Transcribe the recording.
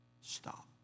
stop